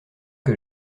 que